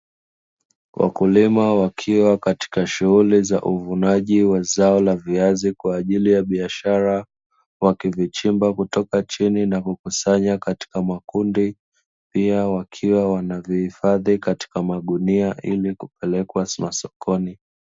Wakulima wakiwa katika shughuli za uvunaji wa zao la viazi kwaajili ya biashara, wakivichimba kutoka chini na kuvikusanya katika makundi, pia wakiwa wanavihifadhi katika magunia ili kupelekwa masokoni.